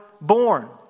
born